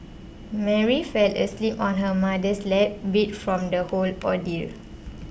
Mary fell asleep on her mother's lap beat from the whole ordeal